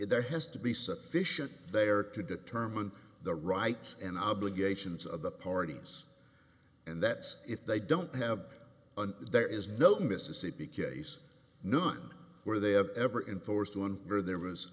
there has to be sufficient there to determine the rights and obligations of the parties and that's if they don't have and there is no mississippi case none where they have ever in forced one or there was